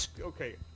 okay